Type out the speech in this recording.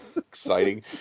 Exciting